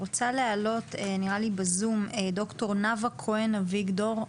ד"ר נאוה אביגדור,